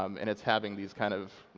um and it's having these kind of,